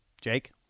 Jake